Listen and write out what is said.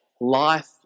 Life